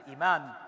iman